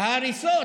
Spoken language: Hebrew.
ההריסות